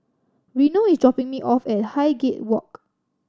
Reno is dropping me off at Highgate Walk